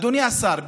אדוני השר,